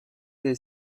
they